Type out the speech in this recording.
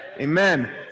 Amen